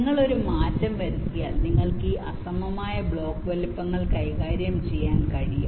നിങ്ങൾ ഒരു മാറ്റം വരുത്തിയാൽ നിങ്ങൾക്ക് ഈ അസമമായ ബ്ലോക്ക് വലുപ്പങ്ങൾ കൈകാര്യം ചെയ്യാൻ കഴിയും